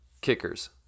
kickers